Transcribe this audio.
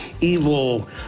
evil